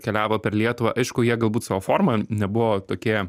keliavo per lietuvą aišku jie galbūt savo forma nebuvo tokie